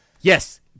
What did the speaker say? Yes